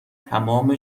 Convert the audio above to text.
تمام